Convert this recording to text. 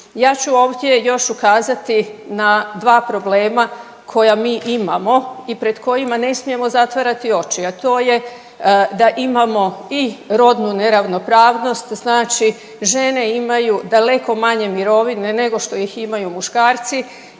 Ja ću ovdje još ukazati na dva problema koja mi imamo i pred kojima ne smijemo zatvarati oči, a to je da imamo i rodnu neravnopravnost znači žene imaju daleko manje mirovine nego što ih imaju muškarci